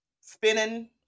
spinning